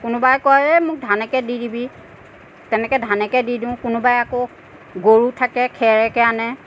কোনোবাই কয় এই মোক ধানকে দি দিবি তেনেকে ধানকে দি দিওঁ কোনোবাই আকৌ গৰু থাকে খেৰকে আনে